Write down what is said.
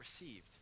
received